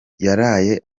yaraye